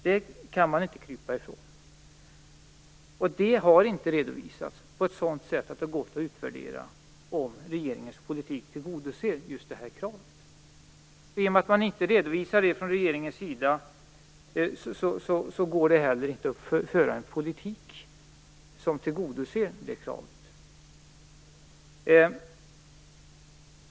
Det kan man inte krypa ifrån. Detta har inte redovisats på ett sådant sätt att det gått att utvärdera om regeringens politik tillgodoser just nämnda krav. I och med att man från regeringens sida inte redovisar det går det inte att föra en politik som tillgodoser detta krav.